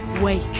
Wake